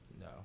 No